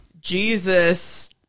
Jesus